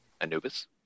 Anubis